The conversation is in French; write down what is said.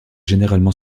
généralement